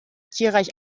tierreich